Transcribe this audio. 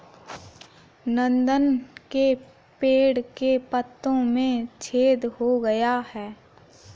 नंदन के पेड़ के पत्तों में छेद हो गया है